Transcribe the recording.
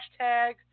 hashtag